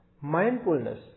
mindfulness